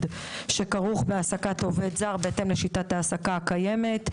שכרוך בהעסקת עובד זר בהתאם לשיטת ההעסקה הקיימת.